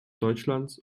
deutschlands